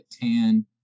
tan